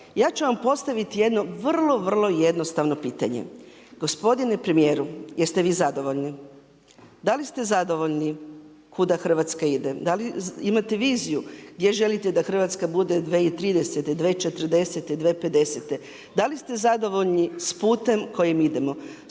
Ja ću vam postaviti jedno vrlo, vrlo jednostavno pitanje, gospodine premijeru jest vi zadovoljni? Da li ste zadovoljni kuda Hrvatska ide? Da li imate viziju gdje želite da Hrvatska bude 2030.-te, 2040.-te, 2050.-te? Da li ste zadovoljni sa putem kojim idemo?